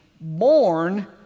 born